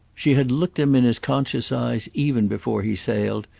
she had looked him in his conscious eyes even before he sailed,